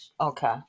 okay